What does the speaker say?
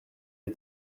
des